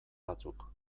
batzuk